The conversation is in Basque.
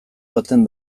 baten